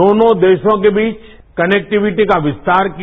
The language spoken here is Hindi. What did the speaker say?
दोनों देखों के बीच कनेक्टिविटी का विस्तार किया